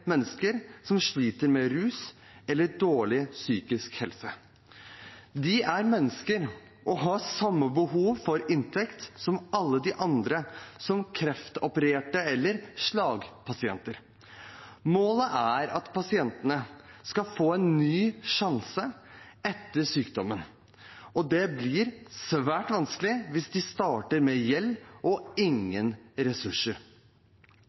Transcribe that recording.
mennesker som sliter med rus eller dårlig psykisk helse. De er mennesker og har samme behov for inntekt som alle andre, som kreftopererte eller slagpasienter. Målet er at pasientene skal få en ny sjanse etter sykdommen, og det blir svært vanskelig hvis de starter med gjeld og ingen ressurser.